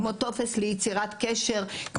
כמו טופס ליצירת קשר,